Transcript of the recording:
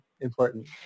important